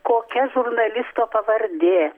kokia žurnalisto pavardė